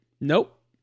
Nope